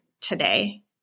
today